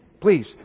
please